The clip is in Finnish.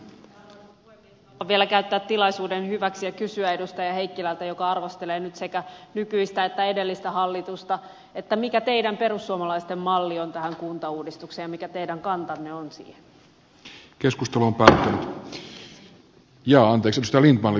haluan vielä käyttää tilaisuuden hyväksi ja kysyä edustaja heikkilältä joka arvostelee nyt sekä nykyistä että edellistä hallitusta mikä teidän perussuomalaisten malli on tähän kuntauudistukseen ja mikä teidän kantanne on siihen